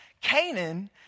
Canaan